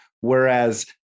Whereas